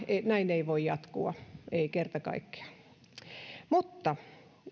näin ei voi jatkua ei kerta kaikkiaan mutta